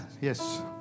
yes